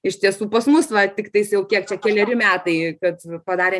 iš tiesų pas mus va tiktais jau kiek čia keleri metai kad padarė